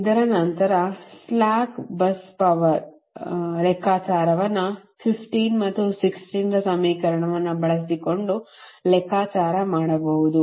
ಇದರ ನಂತರ slack bus power ಲೆಕ್ಕಾಚಾರವನ್ನು 15 ಮತ್ತು 16 ರ ಸಮೀಕರಣವನ್ನು ಬಳಸಿಕೊಂಡು ಲೆಕ್ಕಾಚಾರ ಮಾಡಬಹುದು